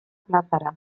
plazara